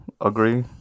agree